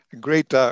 great